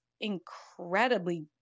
incredibly